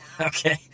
Okay